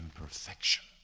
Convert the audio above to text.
imperfection